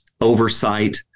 oversight